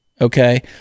okay